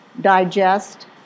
digest